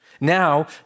Now